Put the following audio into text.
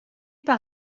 par